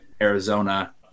Arizona